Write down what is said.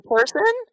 person